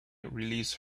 released